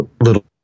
little